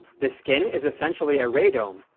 the skin is essentially a radome,